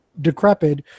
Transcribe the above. decrepit